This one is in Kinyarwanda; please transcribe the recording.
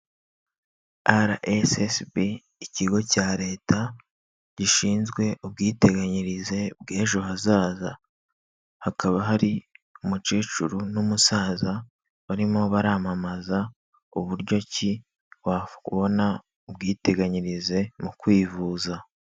RSSB ikigo cya leta gishinzwe ubwiteganyirize bw'ejo hazaza, hakaba hari umukecuru n'umusaza barimo baramamaza uburyo ki wa kubona ubwiteganyirize mu kwivuza.